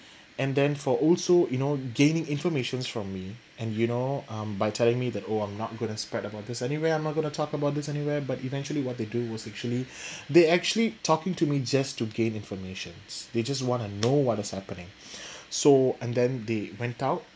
and then for also you know gaining information from me and you know um by telling me that oh I'm not going to spread about this anyway I'm not going to talk about this anywhere but eventually what they do was actually they actually talking to me just to gain information they just want to know what is happening so and then they went out